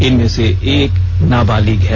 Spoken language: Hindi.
इनमें से एक नाबालिग है